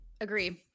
Agree